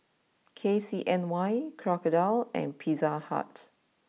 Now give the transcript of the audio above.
K C N Y Crocodile and Pizza Hut